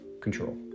control